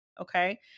Okay